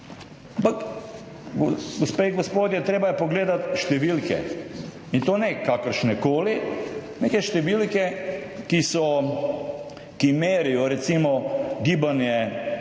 Ampak, gospe in gospodje, treba je pogledati številke, in to ne kakršnihkoli, neke številke, ki merijo recimo gibanje dolga